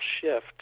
shift